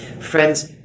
Friends